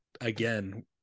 again